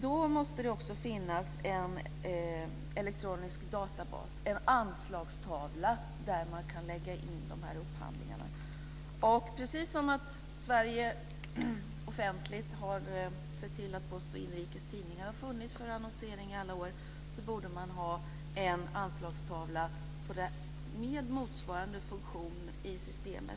Det måste finnas en elektronisk databas, en anslagstavla där man kan lägga in upphandlingarna. Precis som Sverige offentligt har sett till att Post och Inrikes Tidning har funnits för annonsering i alla år borde man ha en anslagstavla med motsvarande funktion i systemet.